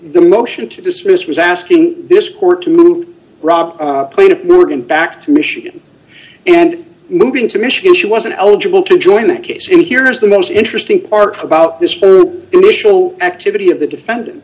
the motion to dismiss was asking this court to move raw plaintiff morgan back to michigan and moving to michigan she wasn't eligible to join a case in here is the most interesting part about this initial activity of the defendant